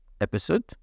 episode